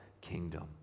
kingdom